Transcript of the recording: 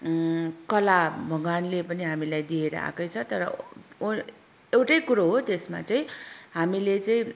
कला भगवानले पनि हामीलाई दिएर आएकै छ तर ओ उ एउटै कुरो हो त्यसमा चाहिँ हामीले चाहिँ